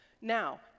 Now